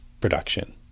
production